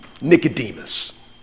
Nicodemus